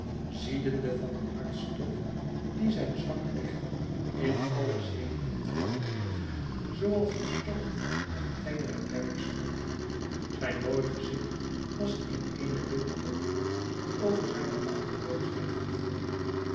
ziedende van een hartstocht die zijn zwak lichaam in alle zenuwen trillen deed zooals een storm een tengeren berk schudt zijn mooi gezicht was in eene bittere woede over zijne machteloosheid verwrongen